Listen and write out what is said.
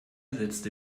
setzte